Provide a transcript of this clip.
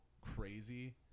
crazy